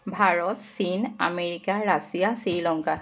ভাৰত চীন America Russia Sri Lanka